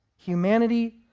Humanity